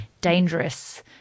dangerous